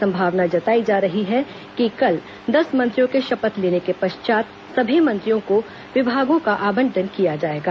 संभावना जताई जा रही है कि कल दस मंत्रियों के शपथ लेने के पश्चात सभी मंत्रियों को विभागों का आवंटन किया जाएगा